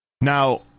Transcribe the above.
now